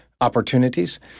opportunities